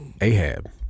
Ahab